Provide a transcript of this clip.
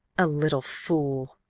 a little fool!